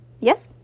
Yes